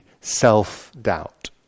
self-doubt